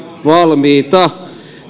valmiita